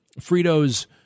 Fritos